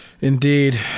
Indeed